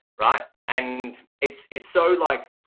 right. and it's it's so like,